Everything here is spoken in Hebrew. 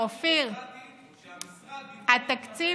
זה לא קשור לתקציב, המכשיר, זה לא קשור לתקציב.